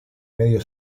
medio